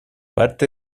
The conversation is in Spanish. parte